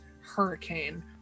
hurricane